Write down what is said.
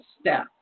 step